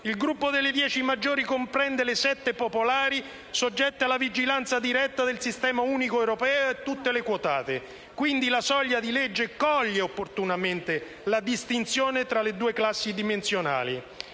Il gruppo delle dieci maggiori comprende le sette popolari soggette alla vigilanza diretta del sistema unico europeo e tutte le quotate. La soglia di legge coglie, quindi, opportunamente la distinzione tra le due classi dimensionali.